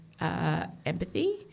empathy